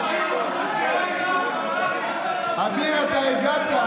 בעולם לא סבל כמו, אביר, אתה הגעת,